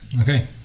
Okay